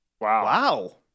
Wow